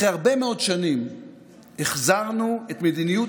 אחרי הרבה מאוד שנים החזרנו את מדיניות